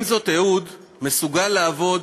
עם זאת, אהוד מסוגל לעבוד